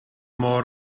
more